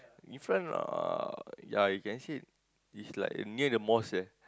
in front uh ya you can see is like near the mosque there